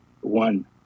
one